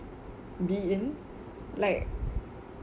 be in like